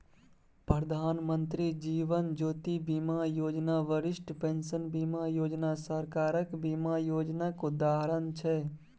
प्रधानमंत्री जीबन ज्योती बीमा योजना, बरिष्ठ पेंशन बीमा योजना सरकारक बीमा योजनाक उदाहरण छै